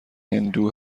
هندو